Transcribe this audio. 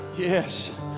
Yes